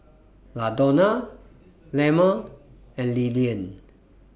Ladonna Lemma and Lillian